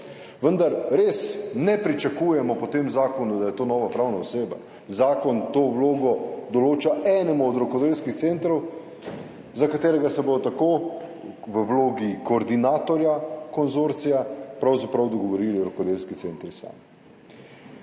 Vendar res ne pričakujemo po tem zakonu, da je to nova pravna oseba, zakon to vlogo določa enemu od rokodelskih centrov, za katerega se bodo tako v vlogi koordinatorja konzorcija pravzaprav dogovorili rokodelski centri sami.